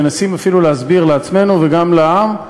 להסביר לעצמנו וגם לעם,